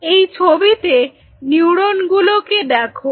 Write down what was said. এই ছবিতে নিউরনগুলো কে দেখো